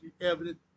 evident